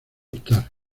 hurtar